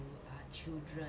to ah children